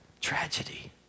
Tragedy